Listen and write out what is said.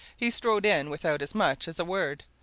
he strode in without as much as a word,